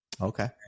Okay